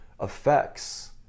effects